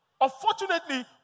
Unfortunately